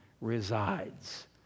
resides